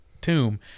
tomb